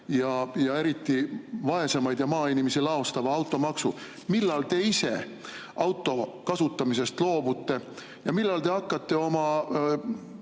ja eriti vaesemaid ja maainimesi laostava automaksu –, et millal te ise auto kasutamisest loobute ja millal te hakkate